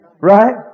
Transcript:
right